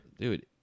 dude